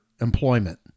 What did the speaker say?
employment